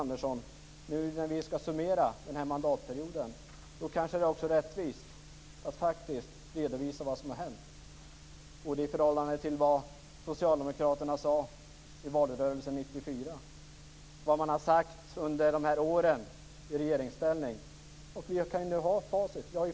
När vi skall summera den här mandatperioden, Hans Andersson, är det kanske rättvist att redovisa vad som har hänt i förhållande till vad socialdemokraterna sade i valrörelsen 1994 och vad man har sagt under de här åren i regeringsställning. Vi har facit nu.